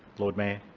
lord mayor